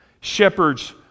Shepherds